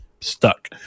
stuck